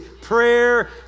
prayer